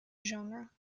genre